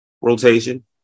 rotation